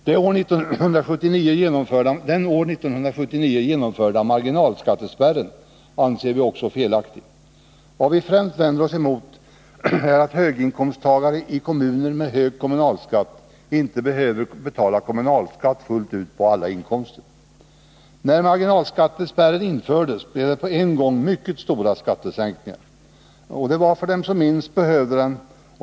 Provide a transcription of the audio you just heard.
Den år 1979 genomförda marginalskattespärren anser vi också felaktig. Vad vi främst vänder oss emot är att höginkomsttagare i kommuner med hög kommunalskatt inte behöver betala kommunalskatt fullt ut på alla inkomster. När marginalskattespärren infördes blev det på en gång mycket stora skattesänkningar för dem som minst behövde dem.